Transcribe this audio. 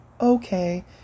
okay